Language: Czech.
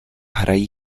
hrají